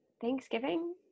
Thanksgiving